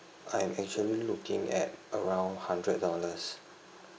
I'm actually looking at around hundred dollars